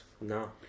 No